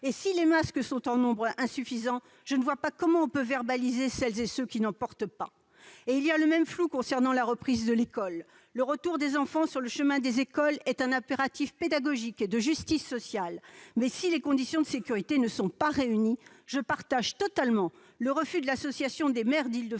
Et si les masques sont en nombre insuffisant, je ne vois pas comment on peut verbaliser celles et ceux qui n'en portent pas ! Et il y a le même flou concernant la reprise de l'école. Le retour des enfants sur le chemin des écoles est un impératif pédagogique et de justice sociale, mais si les conditions de sécurité ne sont pas réunies, je partage totalement le refus de l'Association des maires d'Île-de-France